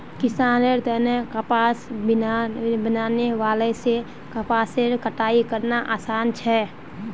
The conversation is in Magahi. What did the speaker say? किसानेर तने कपास बीनने वाला से कपासेर कटाई करना आसान छे